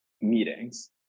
meetings